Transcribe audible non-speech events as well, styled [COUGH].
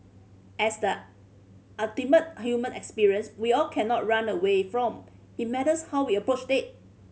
as the [UNINTELLIGIBLE] human experience we all cannot run away from it matters how we approach death